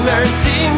Mercy